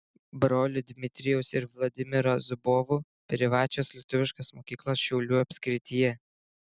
brolių dmitrijaus ir vladimiro zubovų privačios lietuviškos mokyklos šiaulių apskrityje